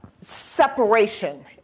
separation